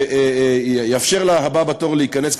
ושיאפשר לבא בתור להיכנס,